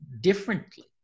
differently